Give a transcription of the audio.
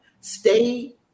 Stay